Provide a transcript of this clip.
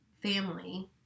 Family